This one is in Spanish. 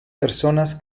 personas